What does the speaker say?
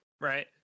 right